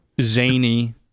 zany